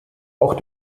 auch